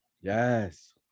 Yes